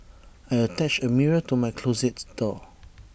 I attached A mirror to my closet door